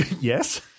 Yes